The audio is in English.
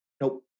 nope